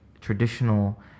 traditional